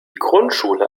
grundschule